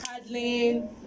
cuddling